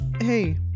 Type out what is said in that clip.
Hey